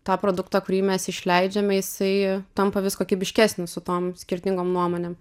tą produktą kurį mes išleidžiame jisai tampa vis kokybiškesnis su tom skirtingom nuomonėm